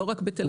גם בפריפריה.